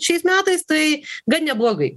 šiais metais tai gan neblogai